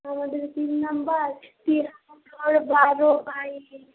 আমাদের pin number তিরানব্বই বারো বাইশ